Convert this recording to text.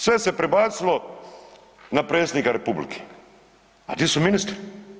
Sve se prebacilo na Predsjednika Republike, a di su ministri?